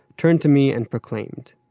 turned to me and proclaimed.